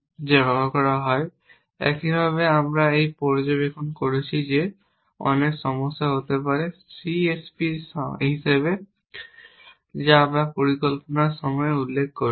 যা ব্যবহার করা হয় একইভাবে আমরা একটি পর্যবেক্ষণ করেছি যে অনেক সমস্যা হতে পারে C S P এর হিসাবে যা আমি পরিকল্পনার সময় উল্লেখ করেছি